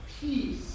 peace